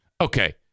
Okay